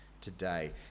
today